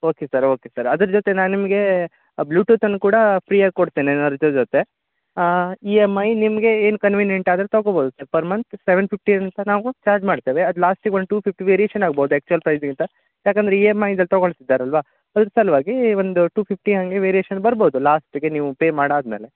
okay sir okay sir ಅದ್ರ ಜೊತೆ ನಾನು ನಿಮಗೆ ಬ್ಲೂಟೂತನ್ನೂ ಕೂಡ ಫ್ರೀಯಾಗಿ ಕೊಡ್ತೇನೆ ನರ್ಜೊ ಜೊತೆ ಇ ಎಮ್ ಐ ನಿಮಗೆ ಏನು ಕನ್ವಿನಿಯೆಂಟ್ ಆದ್ರೆ ತೊಗೋಬೋದು ಸರ್ ಪರ್ ಮಂತ್ ಸೆವೆನ್ ಫಿಫ್ಟಿಯನ್ನು ಸರ್ ನಾವು ಚಾರ್ಜ್ ಮಾಡ್ತೇವೆ ಅದು ಲಾಸ್ಟಿಗೆ ಒನ್ ಟು ಫಿಫ್ಟಿ ವೇರಿಯೇಷನ್ ಆಗ್ಬೋದು ಆ್ಯಕ್ಚುವಲ್ ಪ್ರೈಸಿಗಿಂತ ಯಾಕಂದರೆ ಇ ಎಮ್ ಐ ದಲ್ಲಿ ತಗೊಳ್ತಿದ್ದಾರೆ ಅಲ್ವ ಅದ್ರ ಸಲುವಾಗಿ ಒಂದು ಟು ಫಿಫ್ಟಿ ಹಾಗೆ ವೇರಿಯೇಷನ್ ಬರ್ಬೋದು ಲಾಸ್ಟಿಗೆ ನೀವು ಪೇ ಮಾಡಾದಮೇಲೆ